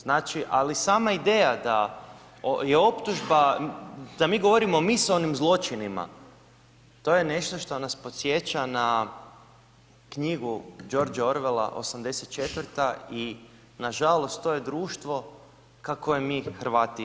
Znači, ali sama ideja, da je optužba, da mi govorimo o misaonim zločinima, to je nešto što nas podsjeća na knjigu George Orwela '84. i nažalost, to je društva ka koje mi hrvati idemo.